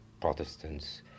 Protestants